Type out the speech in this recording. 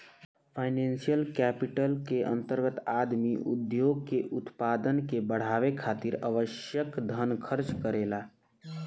financial capital के अंतर्गत आदमी उद्योग के उत्पादन के बढ़ावे खातिर आवश्यक धन खर्च करेला